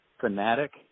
fanatic